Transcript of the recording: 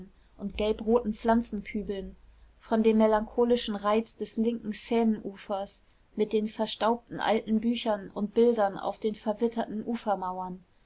und gelbroten pflanzenkübeln von dem melancholischen reiz des linken seineufers mit den verstaubten alten büchern und bildern auf den verwitterten ufermauern